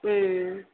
ம் ம்